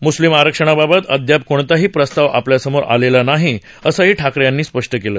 मुस्लीम आरक्षणाबाबत अद्याप कोणताही प्रस्ताव आपल्यासमोर आलेला नाही असंही ठाकरे यांनी नमूद केलं